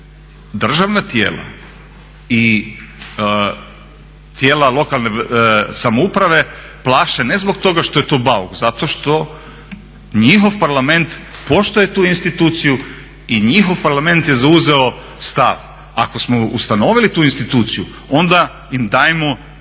državna tijela i tijela lokalne samouprave plaše ne zbog toga što je to bauk, zato što njihov Parlament poštuje tu instituciju i njihov Parlament je zauzeo stav ako smo ustanovili tu instituciju onda im dajmo i dali